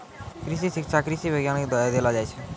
कृषि शिक्षा कृषि वैज्ञानिक द्वारा देलो जाय छै